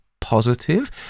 positive